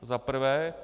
Za prvé.